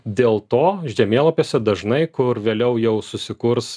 dėl to žemėlapiuose dažnai kur vėliau jau susikurs